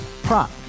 prop